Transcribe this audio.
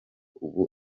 ubu